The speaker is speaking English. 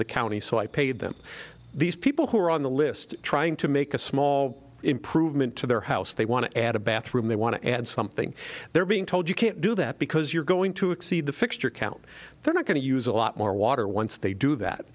the county so i paid them these people who are on the list trying to make a small improvement to their house they want to add a bathroom they want to add something they're being told you can't do that because you're going to exceed the fixture count they're not going to use a lot more water once they do that